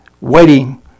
waiting